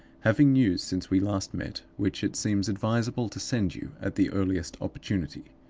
having news since we last met which it seems advisable to send you at the earliest opportunity.